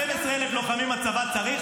12,000 לוחמים הצבא צריך,